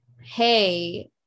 hey